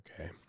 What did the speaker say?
Okay